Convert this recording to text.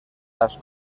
las